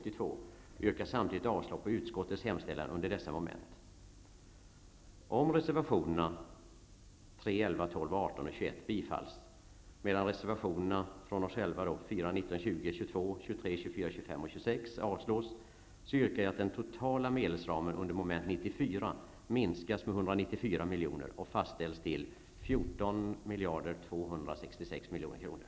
Om reservationerna 3, 11, 12, 18 och 21 bifalls, medan reservationerna 4, 19, 20 och 22--27 avslås, yrkar jag att den totala medelsramen under moment 94 minskas med 194 milj.kr. och fastställs till 14 266 milj.kr.